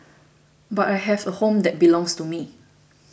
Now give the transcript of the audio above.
but I have a home that belongs to me